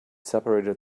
separated